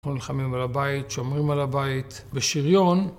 אנחנו נלחמים על הבית, שומרים על הבית, בשריון.